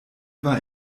war